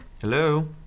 Hello